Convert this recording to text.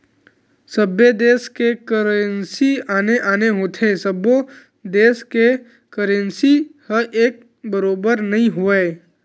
सबे देस के करेंसी आने आने होथे सब्बो देस के करेंसी ह एक बरोबर नइ होवय